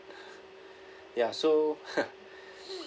ya so